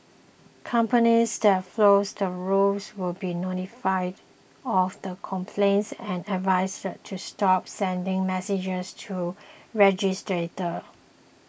companies that flouts the rules will be notified of the complaints and advised to stop sending messages to registrants